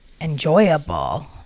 enjoyable